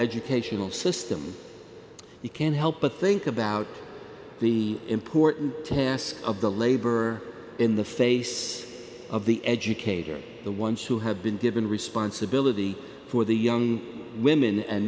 educational system you can't help but think about the important task of the labor in the face of the educators the ones who have been given responsibility for the young women and